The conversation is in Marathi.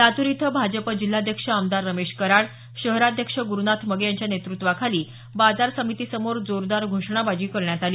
लातूर इथं भाजप जिल्हाध्यक्ष आमदार रमेश कराड शहराध्यक्ष ग्रुनाथ मगे यांच्या नेतुत्वाखाली बाजार समिती समोर जोरदार घोषणाबाजी करण्यात आली